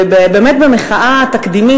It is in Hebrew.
באמת במחאה תקדימית.